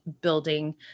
building